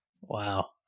Wow